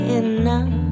enough